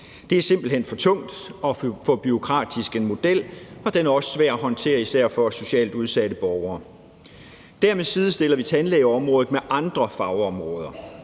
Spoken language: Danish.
det er simpelt hen for tungt og for bureaukratisk en model, og den er også svær at håndtere, især for socialt udsatte borgere. Dermed sidestiller vi tandlægeområdet med andre fagområder,